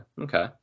okay